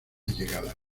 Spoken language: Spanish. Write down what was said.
llegada